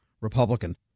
Republican